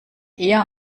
eher